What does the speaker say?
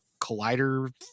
collider